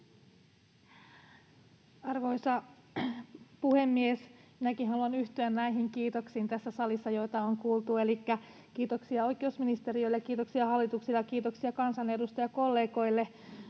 Arvoisa puhemies! Minäkin haluan yhtyä näihin kiitoksiin tässä salissa, joita on kuultu. Elikkä kiitoksia oikeusministeriölle, kiitoksia hallitukselle ja kiitoksia kansanedustajakollegoille,